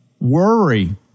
worry